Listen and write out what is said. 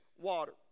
water